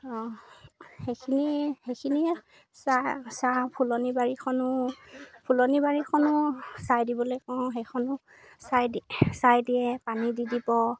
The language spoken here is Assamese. সেইখিনিয়ে সেইখিনিয়ে চাহ চাহ ফুলনি বাৰীখনো ফুলনি বাৰীখনো চাই দিবলৈ কওঁ সেইখনো চাই দি চাই দিয়ে পানী দি দিব